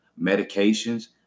medications